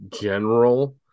general